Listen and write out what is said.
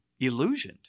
illusioned